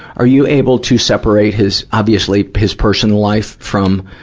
are you able to separate his, obviously, his personal life from,